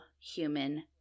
human